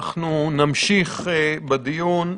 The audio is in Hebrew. אנחנו נמשיך בדיון.